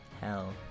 hell